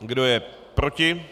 Kdo je proti?